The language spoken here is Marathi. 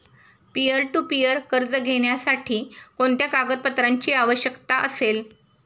पीअर टू पीअर कर्ज घेण्यासाठी कोणत्या कागदपत्रांची आवश्यकता असेल?